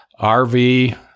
RV